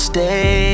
Stay